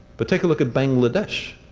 but take a look at bangladesh,